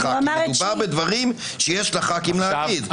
מדובר בדברים שיש לחברי הכנסת להגיד.